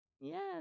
Yes